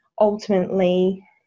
ultimately